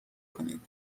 کنید